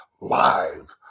live